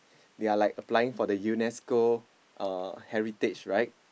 they are like applying for the UNESCO uh heritage right